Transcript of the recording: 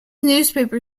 newspaper